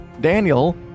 daniel